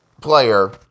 player